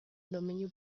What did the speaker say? domeinu